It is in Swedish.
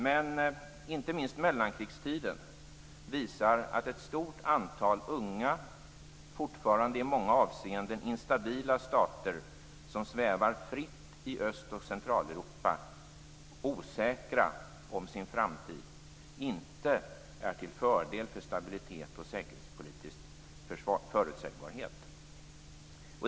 Men inte minst mellankrigstiden visar att ett stort antal unga, fortfarande i många avseenden instabila stater som svävar fritt i Öst och Centraleuropa, osäkra om sin framtid, inte är till fördel för stabilitet och säkerhetspolitisk förutsägbarhet.